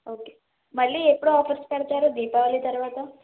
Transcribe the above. okay మళ్ళీ ఎప్పుడు offers పెడతారు దీపావళి తరువాత